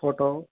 photo